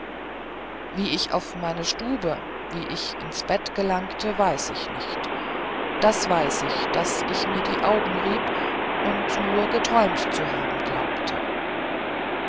wie ich auf meine stube wie ich ins bett gelangte weiß ich nicht das weiß ich daß ich mir die augen rieb und nur geträumt zu haben glaubte